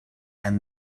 and